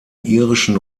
irischen